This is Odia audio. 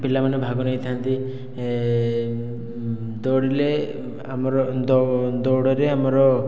ପିଲାମାନେ ଭାଗ ନେଇଥାନ୍ତି ଦୌଡ଼ିଲେ ଆମର ଦୌଡ଼ରେ ଆମର